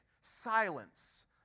Silence